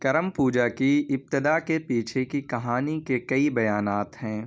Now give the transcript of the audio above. کرم پوجا کی ابتدا کے پیچھے کی کہانی کے کئی بیانات ہیں